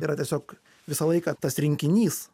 yra tiesiog visą laiką tas rinkinys